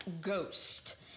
Ghost